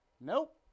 Nope